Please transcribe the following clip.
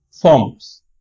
forms